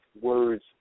words